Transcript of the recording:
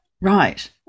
Right